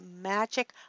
magic